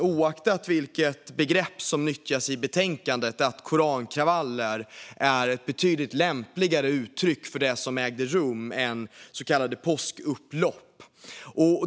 Oavsett vilket begrepp som nyttjas i betänkandet, fru talman, tycker jag att korankravaller är ett betydligt lämpligare uttryck för det som ägde rum än påskupplopp.